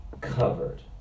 covered